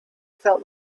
felt